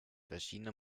verschiedene